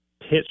pitch